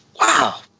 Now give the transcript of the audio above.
Wow